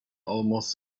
almost